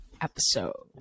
episode